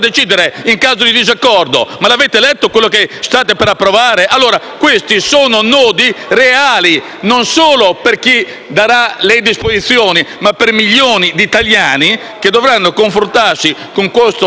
Questi sono nodi reali, non solo per chi darà le disposizioni, ma anche per milioni di italiani, che dovranno confrontarsi con questo nuovo clima culturale e con questa nuova accezione di delegittimazione